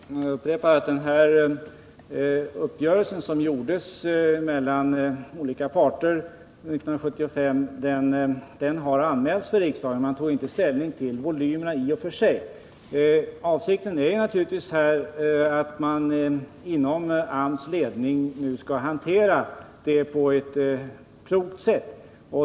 Herr talman! Jag upprepar att den uppgörelse som träffades mellan olika parter 1975 anmäldes till riksdagen, som då inte tog ställning till volymerna i och för sig. Avsikten är naturligtvis att man inom AMS ledning nu skall hantera den här verksamheten på ett klokt sätt.